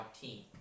team